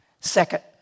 Second